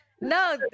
No